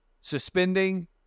suspending